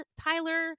Tyler